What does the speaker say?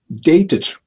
dated